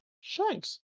Shanks